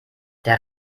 der